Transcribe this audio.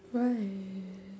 why